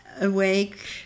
awake